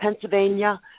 Pennsylvania